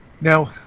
Now